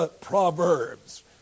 proverbs